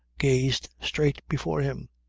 gazed straight before him.